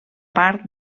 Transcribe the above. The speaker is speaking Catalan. part